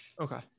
Okay